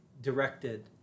directed